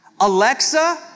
Alexa